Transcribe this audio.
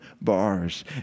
bars